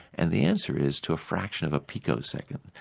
and the answer is to a fraction of a picoseconds.